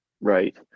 Right